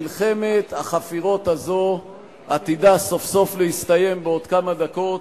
מלחמת החפירות עתידה סוף-סוף להסתיים בעוד כמה דקות,